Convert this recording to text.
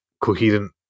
coherent